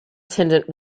attendant